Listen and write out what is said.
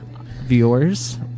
Viewers